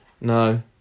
No